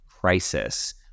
crisis